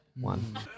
One